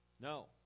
No